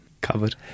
covered